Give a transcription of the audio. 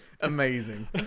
Amazing